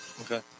Okay